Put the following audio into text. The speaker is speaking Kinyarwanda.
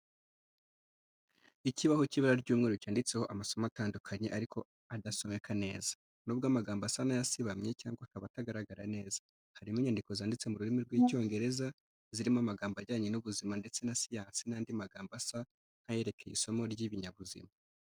Ikibaho cy'ibara ry'umweru cyanditseho amasomo atandukanye ariko adasomeka neza. Nubwo amagambo asa n’ayasibamye cyangwa akaba atagaragara neza, harimo inyandiko zanditse mu rurimi rw’cIyongereza, zirimo amagambo ajyanye n’ubuzima ndetse na siyansi n’andi magambo asa nk’ayerekeye isomo ry’ibinyabuzima.